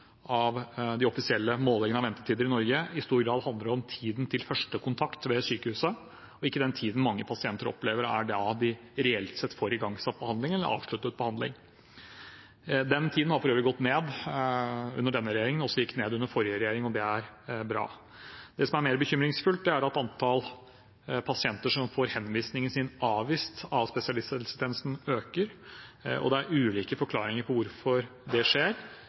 vist. Den offisielle versjonen, de offisielle målingene av ventetider i Norge, handler i stor grad om tiden til første kontakt ved sykehuset, ikke den tiden mange pasienter opplever det reelt sett tar å få igangsatt eller avsluttet behandling. Den tiden har for øvrig gått ned under denne regjeringen. Den gikk også ned under forrige regjering. Det er bra. Det som er mer bekymringsfullt, er at antall pasienter som får henvisningen sin avvist av spesialisthelsetjenesten, øker. Det er ulike forklaringer på hvorfor det skjer,